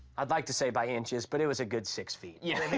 i'd like to say by inches, but it was a good six feet. yeah. i mean